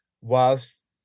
whilst